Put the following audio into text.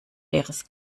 leeres